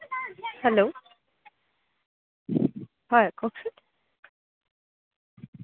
hello হয় কওকচোন